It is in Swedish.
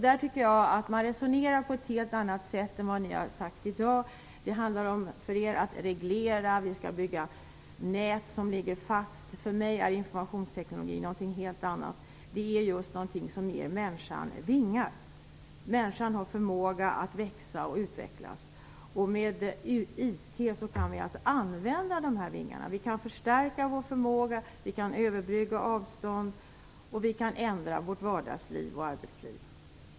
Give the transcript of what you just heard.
Där resonerar man på ett helt annat sätt än vad övriga debattörer har sagt här i dag. För er handlar det om att reglera, att bygga nät som ligger fast. För mig är informationsteknik någonting helt annat. Det är just någonting som ger människan vingar. Människan har förmåga att växa och utvecklas, och med IT kan vi använda vingar. Vi kan förstärka vår förmåga, vi kan överbrygga avstånd och vi kan ändra vårt arbetsliv och vårt vardagsliv.